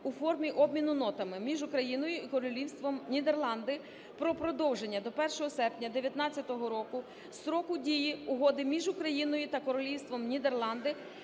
(у формі обміну нотами) між Україною та Королівством Нідерланди про продовження до 1 серпня 19-го року строку дії Угоди між Україною та Королівством Нідерланди